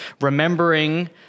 remembering